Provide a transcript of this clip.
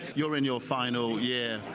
you're in your final yeah